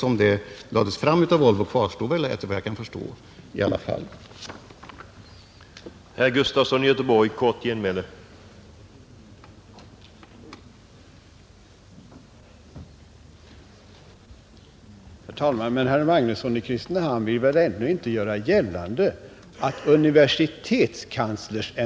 Men efter vad jag kan förstå kvarstår i alla fall programmet sådant det lades fram av Volvo.